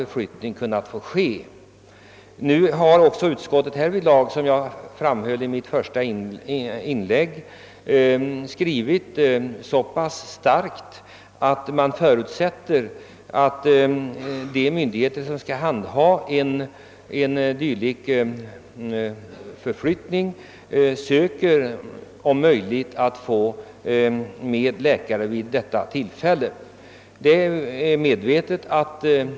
Nu har också utskottsmajoritetens skrivning härvidlag — som jag tidigare framhöll — utformats på ett så pass bindande sätt, att man kan förutsätta att de myndigheter som skall handha en dylik förflyttning om möjligt försöker se till att läkare finns närvarande.